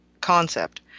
concept